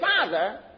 Father